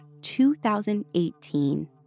2018